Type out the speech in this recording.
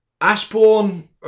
Ashbourne